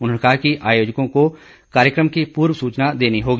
उन्होंने कहा कि आयोजकों को कार्यक्रम की पूर्व सूचना देनी होगी